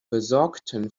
besorgten